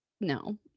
No